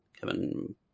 Kevin